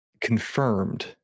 confirmed